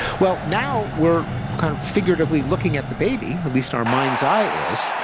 well, now we're kind of figuratively looking at the baby, at least our mind's eye is,